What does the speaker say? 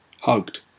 hugged